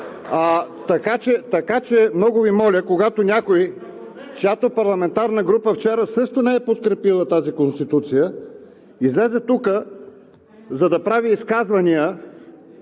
Така че, много Ви моля, когато някой, чиято парламентарна група вчера също не е подкрепила тази Конституция, излезе тук, за да прави изказвания,